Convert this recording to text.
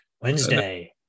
Wednesday